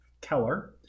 Keller